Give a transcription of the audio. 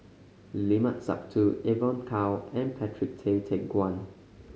Limat Sabtu Evon Kow and Patrick Tay Teck Guan